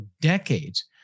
decades